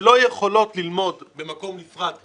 שלא יכולות ללמוד במקום נפרד,